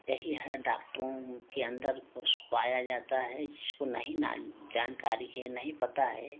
यही है डाक्टरों के अंदर उस पाया जाता है जिसको नहीं नाई जानकारी है नहीं पता है